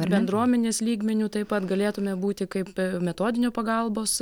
ar bendruomenės lygmeniu taip pat galėtume būti kaip be metodinio pagalbos